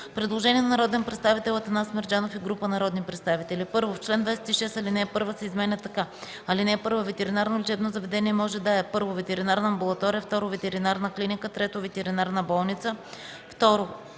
Предложение на народния представител Атанас Мерджанов и група народни представители: „1. В чл.26 ал. 1 се изменя така: „(1) Ветеринарно лечебно заведение може да е: 1. ветеринарна амбулатория; 2. ветеринарна клиника; 3. ветеринарна болница.”